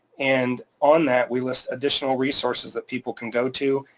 and on that we list additional resources that people can go to.